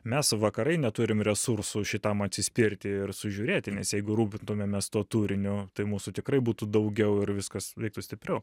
mes vakarai neturim resursų šitam atsispirti ir sužiūrėti nes jeigu rūpintumėmės tuo turiniu tai mūsų tikrai būtų daugiau ir viskas veiktų stipriau